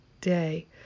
day